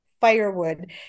firewood